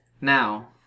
Now